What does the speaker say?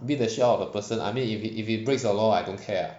beat the shit out of the person I mean if it if it breaks the law I don't care ah